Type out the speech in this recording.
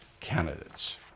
candidates